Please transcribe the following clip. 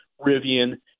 Rivian